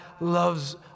loves